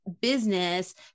business